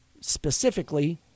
specifically